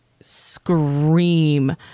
scream